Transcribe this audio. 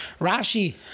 Rashi